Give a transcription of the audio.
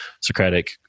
Socratic